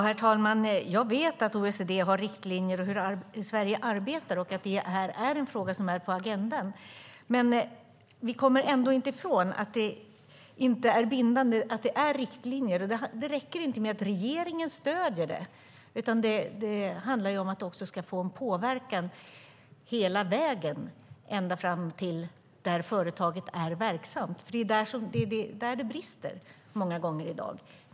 Herr talman! Jag vet att OECD har riktlinjer och hur Sverige arbetar. Jag vet också att frågan är på agendan. Vi kommer dock inte ifrån att det är fråga om riktlinjer som inte är bindande. Det räcker inte med att regeringen stöder dem, utan det handlar om att de ska påverka hela vägen fram till där företaget är verksamt. Det är där det många gånger brister i dag.